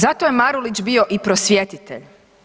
Zato je Marulić bio i prosvjetitelj.